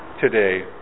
today